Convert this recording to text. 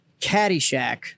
Caddyshack